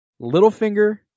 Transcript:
Littlefinger